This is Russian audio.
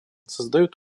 создают